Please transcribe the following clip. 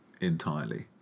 entirely